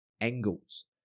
angles